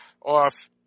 off